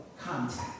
contact